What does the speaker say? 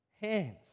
hands